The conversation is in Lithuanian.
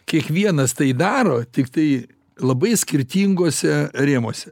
kiekvienas tai daro tiktai labai skirtinguose rėmuose